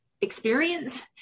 experience